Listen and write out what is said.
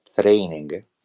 training